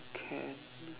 can